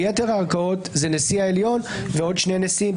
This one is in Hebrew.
ביתר הערכאות זה נשיא העליון ועוד שני נשיאים.